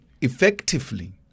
effectively